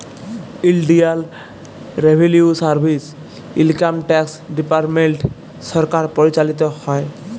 ইলডিয়াল revenue service, income tax department সরকার পরিচালিত হ্যয়